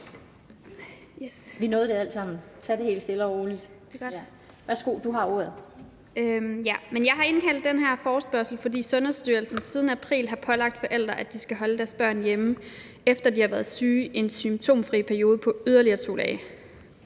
Begrundelse (Ordfører for forespørgerne) Ina Strøjer-Schmidt (SF): Jeg har indkaldt til den her forespørgsel, fordi Sundhedsstyrelsen siden april har pålagt forældre, at de skal holde deres børn hjemme, efter de har været syge, i en symptomfri periode på yderligere 2 dage.